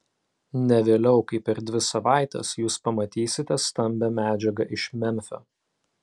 ne vėliau kaip per dvi savaites jūs pamatysite stambią medžiagą iš memfio